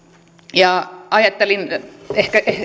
ajattelin